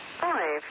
five